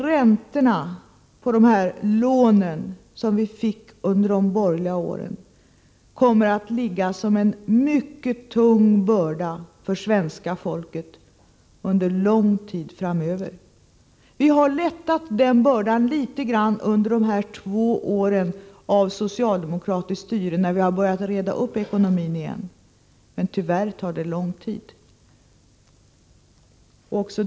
Räntorna på de lån som vi fick under de borgerliga åren kommer att ligga som en mycket tung börda på svenska folket under lång tid framöver. Vi har lättat den bördan litet grand under dessa två år av socialdemokratiskt styre, då vi har börjat reda upp ekonomin igen. Men tyvärr tar det lång tid.